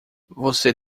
você